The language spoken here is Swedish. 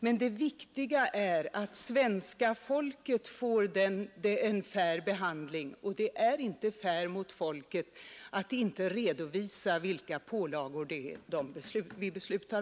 Men det viktigaste är att svenska folket får en fair behandling, och det är inte fair mot folket att inte redovisa vilka pålagor de drabbas av.